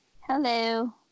Hello